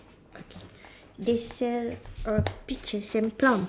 okay they sell err peaches and plum